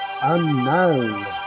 unknown